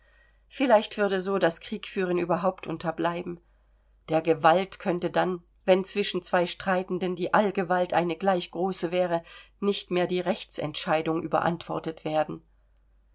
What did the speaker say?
vielleicht würde so das kriegführen überhaupt unterbleiben der gewalt könnte dann wenn zwischen zwei streitenden die allgewalt eine gleich große wäre nicht mehr die rechtsentscheidung überantwortet werden